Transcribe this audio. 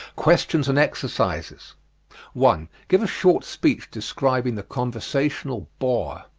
questions and exercises one. give a short speech describing the conversational bore.